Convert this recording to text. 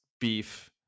beef